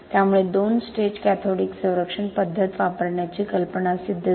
त्यामुळे 2 stage cathodic संरक्षण पद्धत वापरण्याची कल्पना सिद्ध झाली